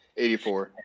84